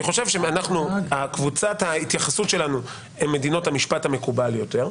אני חושב שקבוצת ההתייחסות שלנו הן מדינות המשפט המקובל יותר,